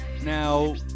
Now